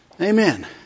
Amen